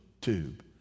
tube